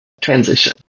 transition